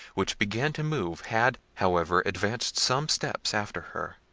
which began to move, had, however, advanced some steps after her,